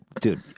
dude